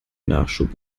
nachschub